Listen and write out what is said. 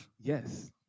Yes